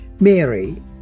Mary